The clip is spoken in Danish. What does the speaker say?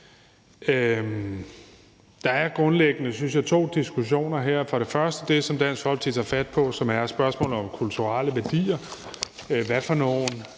Der er grundlæggende, synes jeg, to diskussioner her. Der er for det første det, som Dansk Folkeparti tager fat på, og som er spørgsmålet om kulturelle værdier. Hvad for nogle